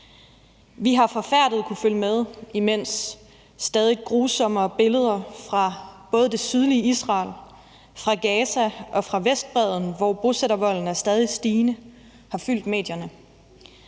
Vi har forfærdet kunnet følge med, imens stadig grusommere billeder fra både det sydlige Israel, fra Gaza og fra Vestbredden, hvor bosættervolden er stadig stigende, har fyldt i medierne.